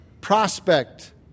prospect